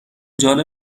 جالبه